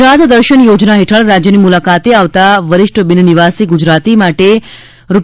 ગુજરાત દર્શન યોજના હેઠળ રાજ્યની મુલાકાતે આવતા વરિષ્ઠ બિન નિવાસી ગુજરાતી માટે રૂ